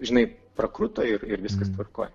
žinai prakruto ir ir viskas tvarkoj